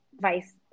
vice